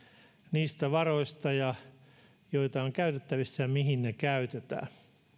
niistä varoista joita on käytettävissä ja mihin ne käytetään